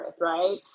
right